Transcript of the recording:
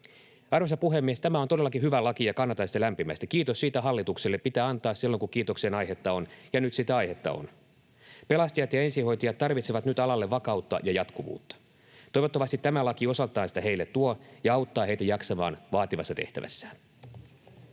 Arvoisa puhemies! Tämä on todellakin hyvä laki, ja kannatan sitä lämpimästi. Kiitos hallitukselle pitää antaa silloin kun kiitoksen aihetta on, ja nyt sitä aihetta on. Pelastajat ja ensihoitajat tarvitsevat nyt alalle vakautta ja jatkuvuutta. Toivottavasti tämä laki osaltaan sitä heille tuo ja auttaa heitä jaksamaan vaativassa tehtävässään.